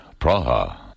Praha